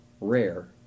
Rare